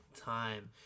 time